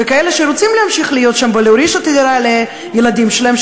וכאלה שרוצים להמשיך להיות שם ולהוריש את הדירה לילדים שלהם,